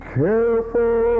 careful